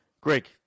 Greg